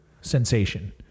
sensation